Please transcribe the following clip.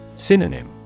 Synonym